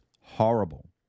horrible